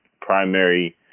primary